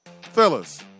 Fellas